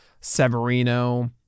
Severino